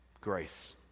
Grace